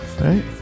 Right